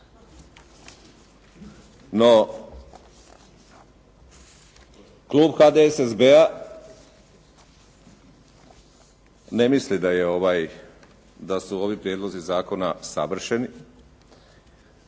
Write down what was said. No, klub HDSSB-a ne misli da su ovi prijedlozi zakona savršeni.